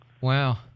Wow